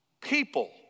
people